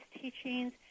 teachings